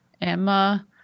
Emma